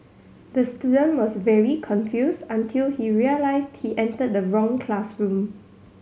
the student was very confused until he realised he entered the wrong classroom